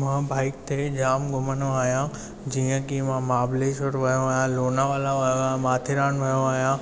मां बाइक ते जाम घुमंदो आहियां जीअं कि मां महाबलेशवर वियो आहियां लोनावला वियो आहियां माथेरान वियो आहियां